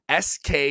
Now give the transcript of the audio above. SK